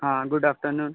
हाँ good afternoon